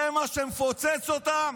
זה מה שמפוצץ אותם?